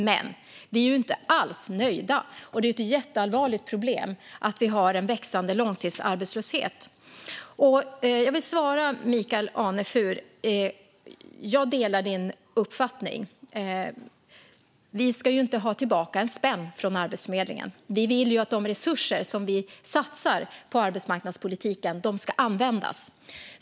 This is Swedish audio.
Men vi är ju inte alls nöjda, och det är ett jätteallvarligt problem att vi har en växande långtidsarbetslöshet. Jag vill svara dig, Michael Anefur, att jag delar din uppfattning: Vi ska inte ha tillbaka en spänn från Arbetsförmedlingen. Vi vill ju att de resurser som vi satsar på arbetsmarknadspolitiken ska användas.